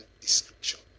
description